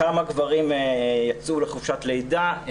כמה גברים יצאו לחופשת לידה,